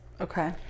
Okay